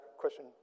question